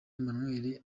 emmanuel